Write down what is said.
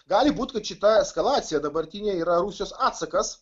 gali būt kad šita eskalacija dabartinė yra rusijos atsakas